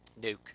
Nuke